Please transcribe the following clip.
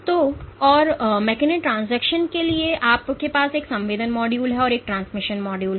तो और मैकेनेट्रांसक्शन के लिए आपके पास एक संवेदन मॉड्यूल और एक ट्रांसमिशन मॉड्यूल है